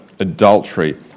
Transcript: Adultery